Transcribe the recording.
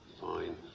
fine